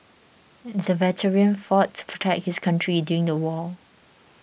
the veteran fought to protect his country during the war